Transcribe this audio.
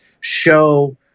show